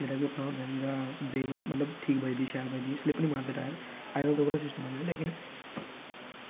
ते ओह् चाहिदा ब्रेक मतलब ठीक बजदी ते शैल बजदी स्लिप निं मारदा टायर ऐहीं धोड़ी सिस्टम निं ऐ